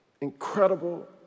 incredible